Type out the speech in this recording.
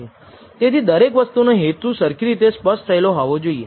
તેથી દરેક વસ્તુનો હેતુ સરખી રીતે સ્પષ્ટ થયેલો હોવો જોઈએ